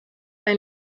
ein